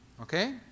Okay